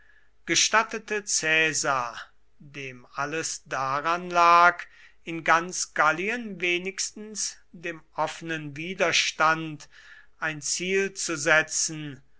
gestattete caesar dem alles daran lag in ganz gallien wenigstens dem offenen widerstand ein ziel zu setzen